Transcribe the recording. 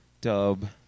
dub